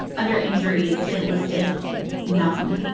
under injuries, it listed none.